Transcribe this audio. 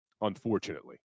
unfortunately